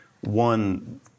one